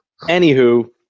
anywho